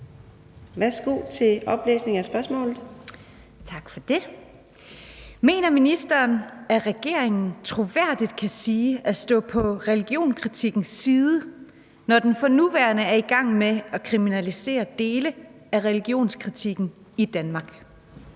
Kl. 14:55 Katrine Daugaard (LA): Tak for det. Mener ministeren, at regeringen troværdigt kan siges at stå på religionskritikkens side, når den for nuværende er i gang med at kriminalisere dele af religionskritikken i Danmark?